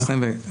אני אסיים.